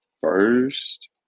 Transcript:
first